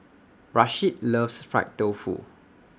Rasheed loves Fried Tofu